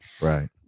Right